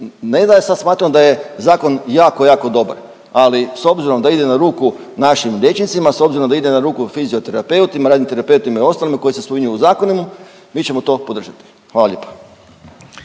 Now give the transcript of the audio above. ne da sad smatramo da je zakon jako, jako dobar. Ali s obzirom da ide na ruku našim liječnicima, s obzirom da ide na ruku fizioterapeutima, radnim terapeutima i ostalima koji se spominju u zakonima mi ćemo to podržati. Hvala lijepa.